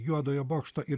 juodojo bokšto ir